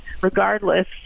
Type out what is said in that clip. Regardless